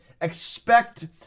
expect